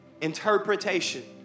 interpretation